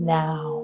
now